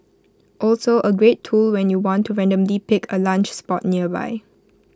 also A great tool when you want to randomly pick A lunch spot nearby